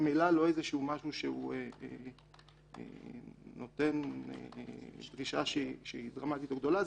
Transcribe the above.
ממילא זה לא משהו שנותן דרישה שהיא דרמטית או גדולה,